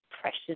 precious